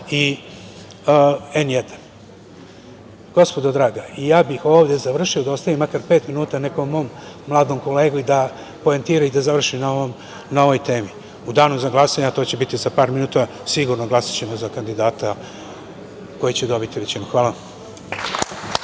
i „N1“.Gospodo draga, ja bih ovde završio, da ostavim makar pet minuta nekom mom mladom kolegi da poentira i da završi na ovoj temi.U danu za glasanje, a to će biti za par minuta, sigurno ćemo glasati za kandidata koji će dobiti većinu. Hvala